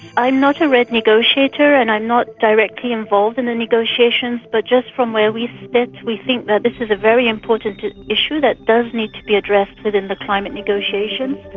i'm not a redd negotiator and i'm not directly involved in the negotiations, but just from where we sit we think that this is a very important issue that does need to be addressed within the climate negotiations.